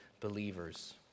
believers